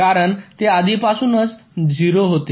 कारण ते आधीपासूनच 0 होते